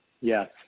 Yes